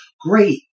Great